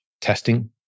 testing